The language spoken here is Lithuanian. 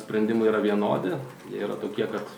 sprendimai yra vienodi jie yra tokie kad